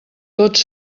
tots